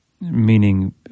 meaning